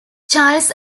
charles